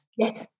Yes